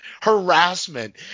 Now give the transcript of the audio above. harassment